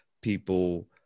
people